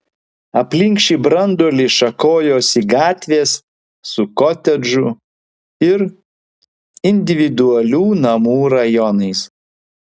aplink šį branduolį šakojosi gatvės su kotedžų ir individualių namų rajonais